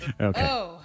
Okay